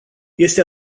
este